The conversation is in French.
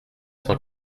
cent